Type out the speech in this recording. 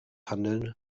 handeln